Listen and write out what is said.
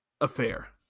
affair